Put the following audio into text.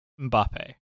Mbappe